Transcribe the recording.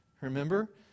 remember